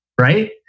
right